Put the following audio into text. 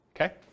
okay